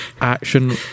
action